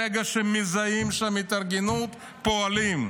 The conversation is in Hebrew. ברגע שמזהים שם התארגנות, פועלים.